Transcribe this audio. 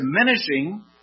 diminishing